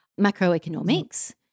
macroeconomics